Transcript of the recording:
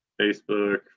Facebook